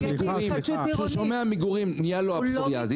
כשהוא שומע מגורים נהיה לו פסוריאזיס.